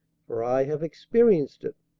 for i have experienced it.